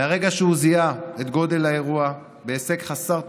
מהרגע שהוא זיהה את גודל האירוע, בהישג חסר תקדים,